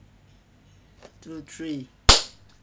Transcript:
two three